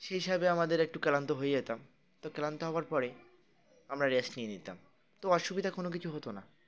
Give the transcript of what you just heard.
সেই হিসাবে আমাদের একটু ক্লান্ত হয়ে যেতাম তো ক্লান্ত হওয়ার পরে আমরা রেস্ট নিয়ে নিতাম তো অসুবিধা কোনো কিছু হতো না